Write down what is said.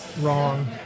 wrong